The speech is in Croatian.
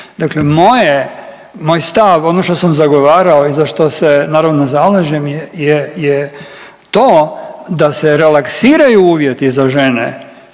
Dakle moje, moj stav, ono što sam zagovarao i za što se, naravno, zalažem je to da se relaksiraju uvjeti za žene